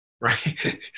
right